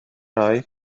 now